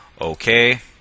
okay